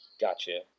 Gotcha